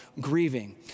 grieving